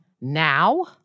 now